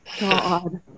god